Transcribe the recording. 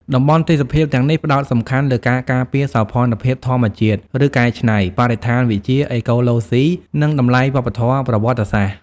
តំបន់ទេសភាពទាំងនេះផ្តោតសំខាន់លើការការពារសោភ័ណភាពធម្មជាតិ ឬកែច្នៃ បរិស្ថានវិទ្យា អេកូឡូស៊ី និងតម្លៃវប្បធម៌ប្រវត្តិសាស្ត្រ។